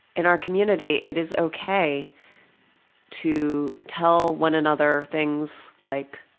in our community it is ok to tell one another things like,